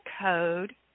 code